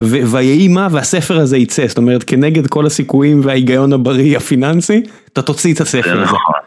ויהי מה והספר הזה ייצא, זאת אומרת כנגד כל הסיכויים וההיגיון הבריא הפיננסי, אתה תוציא את הספר הזה.